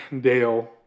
Dale